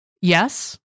Yes